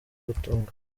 gutunga